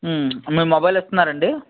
మీరు మొబైల్ ఇస్తున్నారండి